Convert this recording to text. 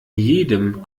jedem